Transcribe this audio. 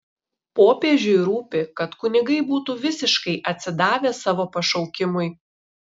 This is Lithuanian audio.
popiežiui rūpi kad kunigai būtų visiškai atsidavę savo pašaukimui